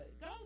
Go